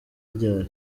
ryari